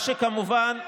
אינה נוכחת אם כן,